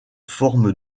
forme